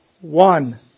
one